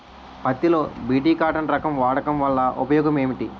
పత్తి లో BT cotton రకం వాడకం వల్ల ఉపయోగం ఏమిటి?